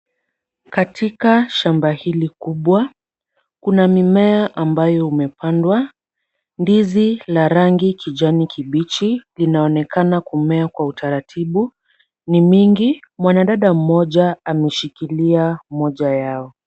Katika shamba hili kubwa, kuna mimea ambayo imepandwa. Ndizi la rangi kijani kibichi linaonekana kumea kwa utaratibu, ni mingi. Mwanadada mmoja ameshikilia moja yao.